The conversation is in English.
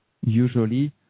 usually